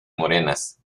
morenas